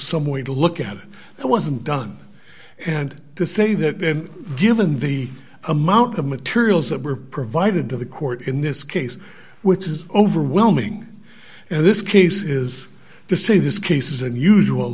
some way to look at it that wasn't done and to say that given the amount of materials that were provided to the court in this case which is overwhelming and this case is to say this case is unusual